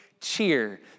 cheer